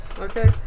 Okay